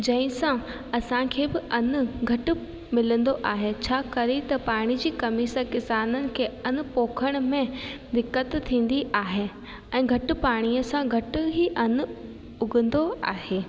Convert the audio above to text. जंहिंसां असांखे बि अन घटि मिलंदो आहे छा करे त पाणी जी कमी सां किसाननि खे अन पौखण में दिक़तु थींदी आहे ऐं घटि पाणीअ सां घटि ई अन उगंदो आहे